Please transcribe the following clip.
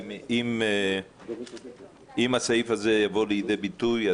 שאם הסעיף הזה יבוא לידי ביטוי,